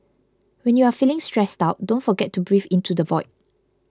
when you are feeling stressed out don't forget to breathe into the void